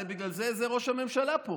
בגלל זה זהו ראש הממשלה פה.